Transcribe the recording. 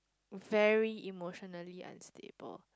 very emotionally unstable